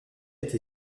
été